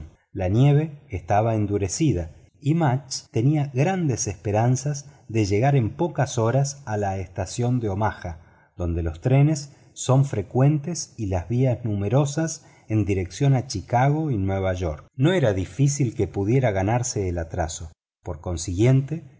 la nieve estaba endurecida y mudge tenía grandes esperanzas de llegar en pocas horas a la estación de omaha donde los trenes son frecuentes y las vías numerosas en dirección a chicago y nueva york no era difícil que pudiera ganarse el atraso por consiguiente